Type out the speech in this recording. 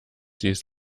dies